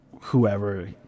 whoever